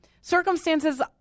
circumstances